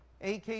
AK